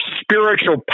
spiritual